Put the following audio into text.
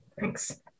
thanks